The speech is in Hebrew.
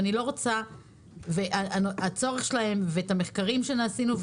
ואת הצורך שלהם ואת המחקרים שעשינו.